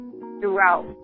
throughout